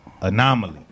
anomaly